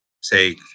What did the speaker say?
say